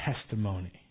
testimony